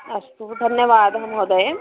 अस्तु धन्यवादः महोदये